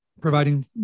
providing